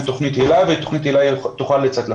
תוכנית היל"ה ותוכנית היל"ה תוכל לצאת לפועל.